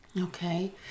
Okay